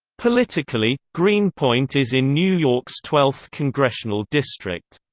politically, greenpoint is in new york's twelfth congressional district.